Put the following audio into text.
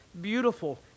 beautiful